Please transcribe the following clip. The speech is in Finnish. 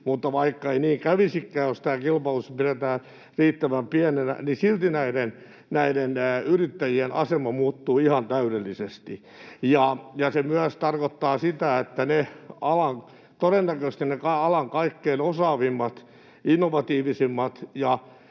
mutta vaikka ei niin kävisikään — jos tämä kilpailutus pidetään riittävän pienenä — niin silti näiden yrittäjien asema muuttuu ihan täydellisesti. Se tarkoittaa myös sitä, että todennäköisesti ne alan kaikkein osaavimmat, innovatiivisimmat